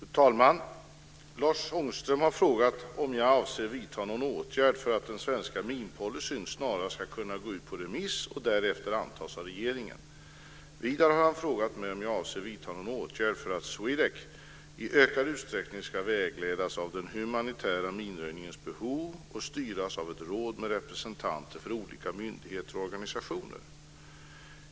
Fru talman! Lars Ångström har frågat om jag avser att vidta någon åtgärd för att den svenska minpolicyn snarast ska kunna gå ut på remiss och därefter antas av regeringen. Vidare har han frågat mig om jag avser att vidta någon åtgärd för att SWEDEC i ökad utsträckning ska vägledas av den humanitära minröjningens behov och styras av ett råd med representanter från olika myndigheter och organisationer.